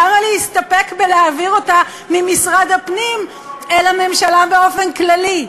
למה להסתפק ולהעביר אותה ממשרד הפנים אל הממשלה באופן כללי?